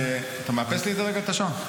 אתה מאפס לי את זה רגע, את השעון?